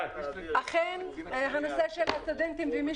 אכן נושא הסטודנטים ומי